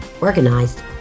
organized